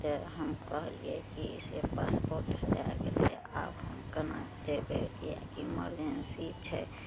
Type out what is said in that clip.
तऽ हम कहलियै कि से पासपोर्ट हराय गेलइए आब हम केना जेबय किएक कि इमरजेन्सी छै